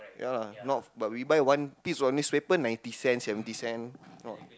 ya lah not but we buy one piece of newspaper ninety cent seventy cent